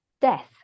death